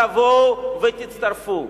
תבואו ותצטרפו.